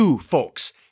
folks